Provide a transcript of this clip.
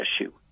issue